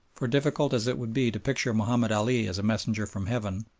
for difficult as it would be to picture mahomed ali as a messenger from heaven,